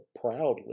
proudly